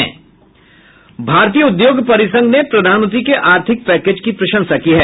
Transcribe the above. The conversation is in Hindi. भारतीय उद्योग परिसंघ ने प्रधानमंत्री के आर्थिक पैकेज की प्रशंसा की है